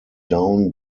down